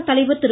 கலைவர் திரு